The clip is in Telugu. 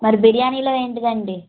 మరి బిర్యానీలో ఏంటండి